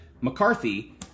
McCarthy